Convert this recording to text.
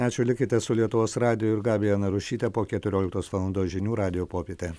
ačiū likite su lietuvos radiju ir gabija narušytepo keturioliktos valandos žinių radijo popietė